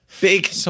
Big